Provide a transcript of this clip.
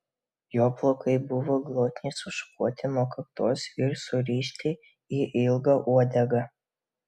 jo plaukai buvo glotniai sušukuoti nuo kaktos ir surišti į ilgą uodegą